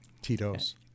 Tito's